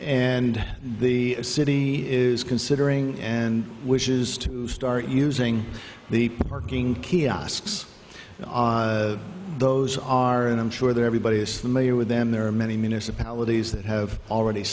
and the city is considering and wishes to start using the parking kiosks ah those are and i'm sure that everybody is familiar with them there are many municipalities that have already